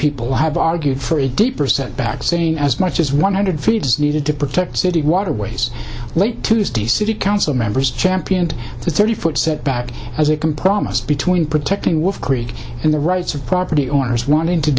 people have argued for a deeper setback saying as much as one hundred feet is needed to protect city waterways late tuesday city council members championed the thirty foot setback as a complete almost between protecting wolf creek and the rights of property owners wanting to